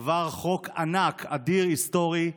עבר חוק ענק, אדיר, היסטורי,